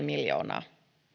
miljoonaa